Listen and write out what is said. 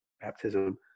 Baptism